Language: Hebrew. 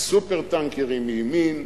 ה"סופר-טנקרים" מימין,